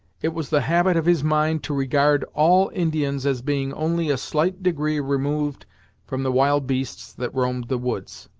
it was the habit of his mind to regard all indians as being only a slight degree removed from the wild beasts that roamed the woods,